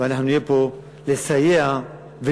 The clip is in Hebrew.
ואנחנו נהיה פה לסייע ולבלום,